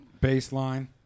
Baseline